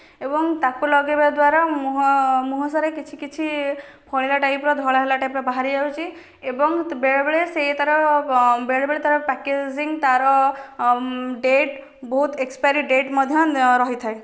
ଏବଂ ତା'କୁ ଲଗେଇବା ଦ୍ୱାରା ମୁଁହ ମୁଁହ ସାରା କିଛି କିଛି ଫଳିଲା ଟାଇପର ଧଳା ହେଲା ଟାଇପର ବାହାରିଯାଉଛି ଏବଂ ବେଳେ ବେଳେ ସେ ତା'ର ବେଳେବେଳେ ତା'ର ପ୍ୟାକେଜିଙ୍ଗ ତା'ର ଡେଟ୍ ବହୁତ ଏକ୍ସପାୟରି ଡେଟ୍ ମଧ୍ୟ୍ୟ ରହିଥାଏ